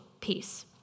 peace